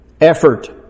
effort